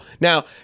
Now